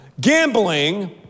Gambling